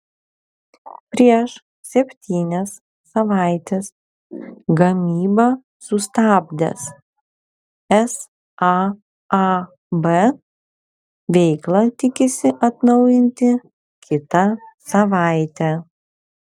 prieš septynias savaites gamybą sustabdęs saab veiklą tikisi atnaujinti kitą savaitę